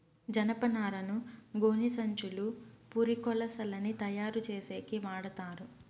జనపనారను గోనిసంచులు, పురికొసలని తయారు చేసేకి వాడతారు